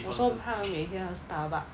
我说他们每天喝 Starbucks